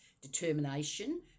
determination